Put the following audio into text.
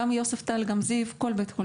גם יוספטל וגם זיו.